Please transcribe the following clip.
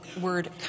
word